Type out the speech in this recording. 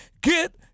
Get